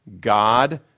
God